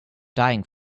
dying